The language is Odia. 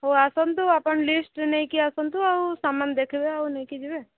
ହଉ ଆସନ୍ତୁ ଆପଣ ଲିଷ୍ଟ୍ ନେଇକି ଆସନ୍ତୁ ଆଉ ସାମାନ ଦେଖିବେ ଆଉ ନେଇକି ଯିବେ